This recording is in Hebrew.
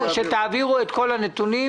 שתעבירו את כל הנתונים.